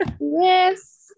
Yes